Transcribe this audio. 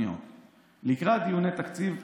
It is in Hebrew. לקראת דיוני תקציב 2023,